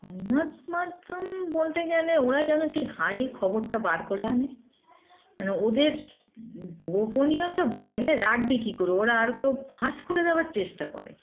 সংবাদ মাধ্যম বলতে গেলে ওরা যেন সেই হাঁড়ির খবরটা বার করে আনে মানে ওদের গোপনীয়তা বজায় রাখবে কী করে ওরা আরও তো ফাঁস করে দেওয়ার চেষ্টা করে